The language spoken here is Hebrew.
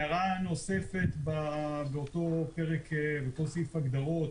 הערה נוספת באותו סעיף הגדרות: